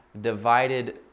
divided